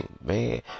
man